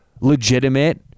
legitimate